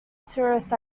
tourist